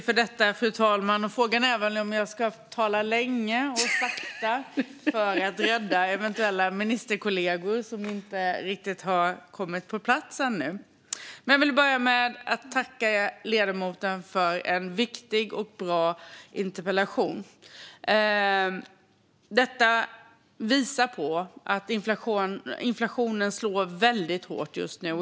Fru talman! Låt mig tacka ledamoten för en viktig och bra interpellation. Det hela visar att inflationen slår väldigt hårt just nu.